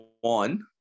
One